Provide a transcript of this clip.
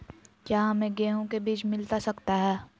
क्या हमे गेंहू के बीज मिलता सकता है?